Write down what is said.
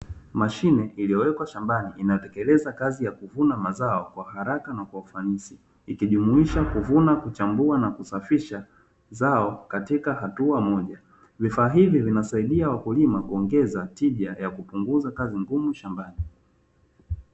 Mashine iliyowekwa shambani inatekeleza kazi ya kuvuna mazao kwa haraka na kwa ufanisi. Ikijumuisha kuvuna, kuchambua na kusafisha zao katika hatua moja. Vifaa hivi vinasaidia wakulima kuongeza tija ya kupunguza kazi ngumu shambani.